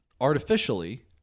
artificially